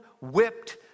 whipped